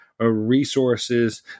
resources